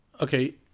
okay